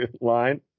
line